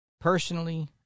personally